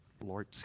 lord